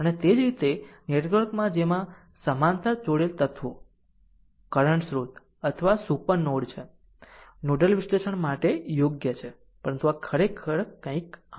અને તે જ રીતે નેટવર્ક કે જેમાં સમાંતર જોડેલ તત્વો કરંટ સ્રોત અથવા સુપર નોડ છે નોડલ વિશ્લેષણ માટે યોગ્ય છે પરંતુ આ ખરેખર કંઈક આપવાનું છે